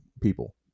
people